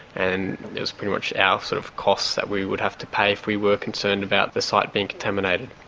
and it was pretty much our sort of costs that we would have to pay if we were concerned about the site being contaminated.